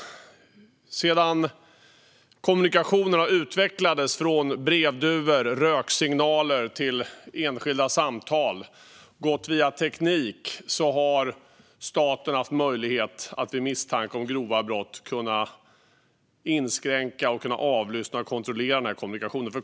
Kommunikationerna har utvecklats från brevduvor och röksignaler till enskilda samtal via teknik, och under hela tiden har staten haft möjlighet att vid misstanke om grova brott inskränka, avlyssna och kontrollera kommunikationen.